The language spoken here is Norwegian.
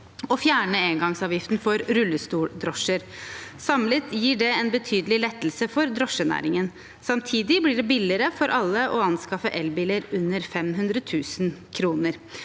og fjerne engangsavgiften for rullestoldrosjer. Samlet gir det en betydelig lettelse for drosjenæringen. Samtidig blir det billigere for alle å anskaffe elbiler under 500 000 kr.